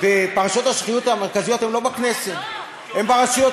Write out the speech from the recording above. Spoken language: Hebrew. פרשות השחיתות המרכזיות הן לא בכנסת, הן ברשויות